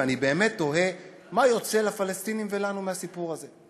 ואני באמת תוהה: מה יוצא לפלסטינים ולנו מהסיפור הזה?